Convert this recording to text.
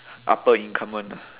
upper income [one] ah